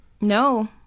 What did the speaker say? No